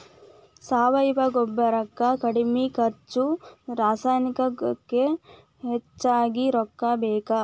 ಸಾವಯುವ ಗೊಬ್ಬರಕ್ಕ ಕಡಮಿ ಖರ್ಚು ರಸಾಯನಿಕಕ್ಕ ಹೆಚಗಿ ರೊಕ್ಕಾ ಬೇಕ